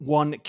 one